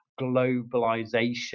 globalization